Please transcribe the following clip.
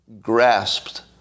grasped